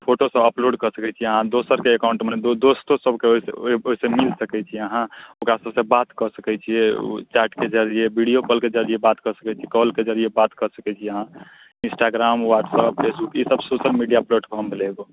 फोटोसभ upload कऽ सकैत छी अहाँ दोसरके एकॉउन्ट मतलब दोस्तो सभके ओहिसँ मिल सकैत छी अहाँ ओकरा सभसँ बात कऽ सकैत छी जे ओ चैटके जरिए वीडियो कॉलके जरिए बात कऽ सकैत छी कॉलके जरिए बात कऽ सकैत छी अहाँ इन्स्टाग्राम वॉट्सऐप फेसबुक ईसभ सोशल मिडिया प्लेटफॉर्म भेलै एगो